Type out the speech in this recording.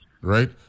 right